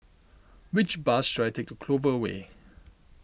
which bus should I take to Clover Way